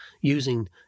using